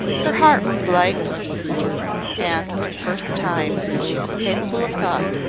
her heart was light for her sister and for the first time since she was capable of thought,